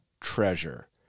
treasure